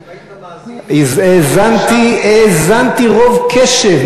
אם היית מאזין, האזנתי רוב קשב.